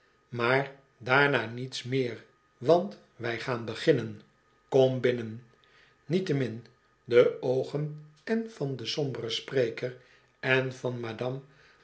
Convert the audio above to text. maar daarna niets meer want wij gaan beginnen kom binnen niettemin de oogen èn van den somberen spreker èn van madame